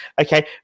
Okay